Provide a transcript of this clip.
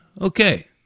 okay